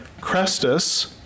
Crestus